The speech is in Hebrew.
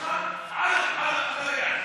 הזה, אבו עראר.